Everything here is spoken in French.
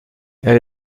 elle